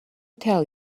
tell